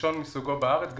ראשון מסוגו בארץ,